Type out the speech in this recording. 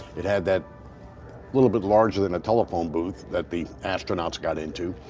it had that little bit larger than a telephone booth that the astronauts got into.